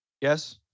Yes